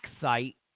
site